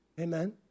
Amen